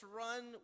run